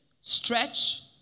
Stretch